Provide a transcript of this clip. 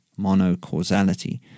monocausality